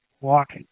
Walk